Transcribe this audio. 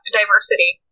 diversity